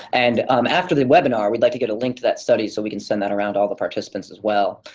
and um after the webinar, we'd like to get a link to that study so we can send that around to all the participants as well.